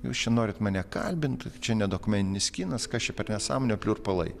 jūs čia norit mane kalbint čia ne dokumentinis kinas kas čia per nesąmonė pliurpalai